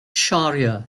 shariah